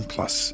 Plus